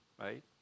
right